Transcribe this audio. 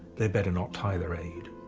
they better not tie their aid.